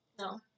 No